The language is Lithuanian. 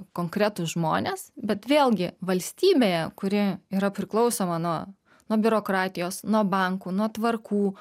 konkretūs žmonės bet vėlgi valstybėje kuri yra priklausoma nuo nuo biurokratijos nuo bankų nuo tvarkų